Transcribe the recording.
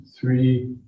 three